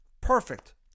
Perfect